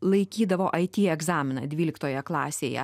laikydavo ai ty egzaminą dvyliktoje klasėje